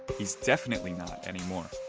he's definitely not anymore.